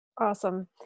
Awesome